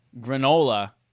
granola